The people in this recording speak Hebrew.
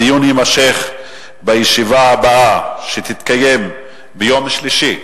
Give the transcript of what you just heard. הדיון יימשך בישיבה הבאה, שתתקיים ביום שלישי,